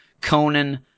Conan